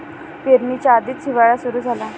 पेरणीच्या आधीच हिवाळा सुरू झाला